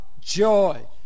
joy